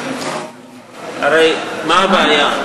הרי, מה הבעיה?